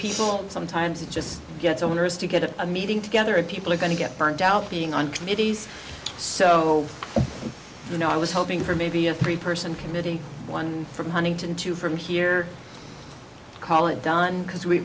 people sometimes it just gets owners to get a meeting together and people are going to get burnt out being on committees so you know i was hoping for maybe a three person committee one from huntington two from here call it done because